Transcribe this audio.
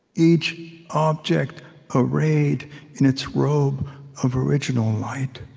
each object arrayed in its robe of original light